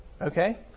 okay